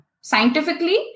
Scientifically